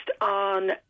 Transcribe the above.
on